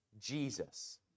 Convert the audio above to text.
Jesus